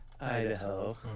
Idaho